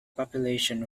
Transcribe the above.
population